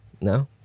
No